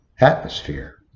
atmosphere